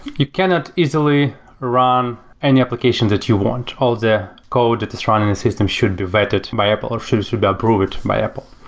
you cannot easily run any applications that you want. all the code that is running the system should vetted by apple or should should be approved by apple.